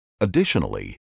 Additionally